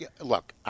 look